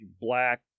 black